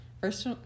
first